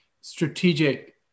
strategic